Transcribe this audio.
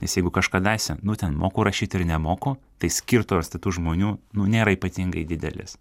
nes jeigu kažkadaise nu ten moku rašyti ar nemoku tai skirtumas tai tų žmonių nu nėra ypatingai didelis